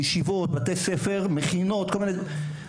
מבתי ספר וממכינות וההרגשה שלי,